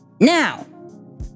Now